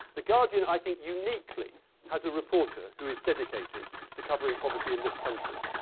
the guardian i think uniquely has a reporter who is dedicated to covering poverty in this country.